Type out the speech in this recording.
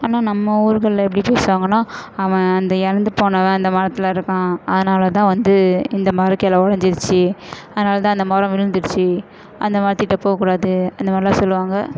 ஆனால் நம்ம ஊருகளில் எப்படி பேசுவாங்கனால் அவன் அந்த இறந்து போனவன் அந்த மரத்தில் இருக்கான் அதனால தான் வந்து இந்த மரக்கிளை உடஞ்சிருச்சி அதனால தான் அந்த மரம் விழுந்துடுச்சி அந்த மரத்துக்கிட்டே போகக்கூடாது அந்த மாதிரிலாம் சொல்லுவாங்க